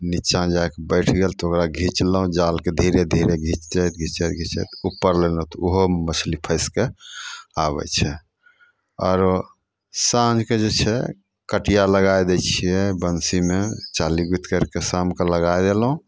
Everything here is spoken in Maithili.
नीचाँ जा कऽ बैठि गेल तऽ ओकरा घिचलहुँ जालकेँ घिचैत घिचैत घिचैत ऊपर लेलहुँ तऽ ओहोमे मछली फँसि कऽ आबै छै आरो साँझकेँ जे छै कटिया लगाय दै छियै बंशीमे चाली गुथि करि कऽ शामकेँ लगाय देलहुँ